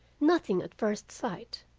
nothing at first sight,